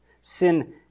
sin